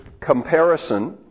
comparison